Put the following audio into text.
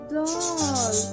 doll